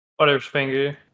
Butterfinger